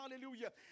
Hallelujah